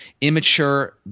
Immature